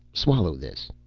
swallow this.